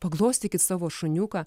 paglostykit savo šuniuką